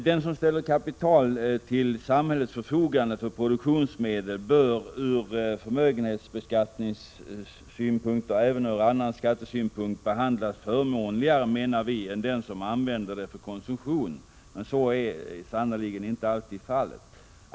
Den som ställer kapital till samhällets förfogande för produktionsmedel bör ur förmögenhetsbeskattningssynpunkt och även ur annan skattesynpunkt behandlas förmånligare, menar vi, än den som använder kapitalet till konsumtion. Så är sannerligen inte alltid fallet.